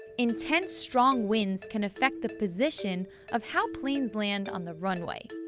intense strong winds can affect the position of how planes land on the runway,